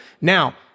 now